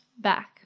Back